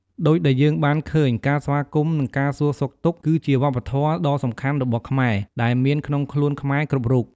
ពេលវេលា និងរបៀបនៃការសួរសុខទុក្ខបានត្រឹមត្រូវ ជួយបង្ហាញពីភាពគួរសម និងបង្កើតទំនាក់ទំនងល្អ។